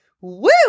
Woo